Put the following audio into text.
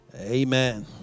Amen